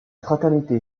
fraternité